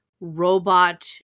robot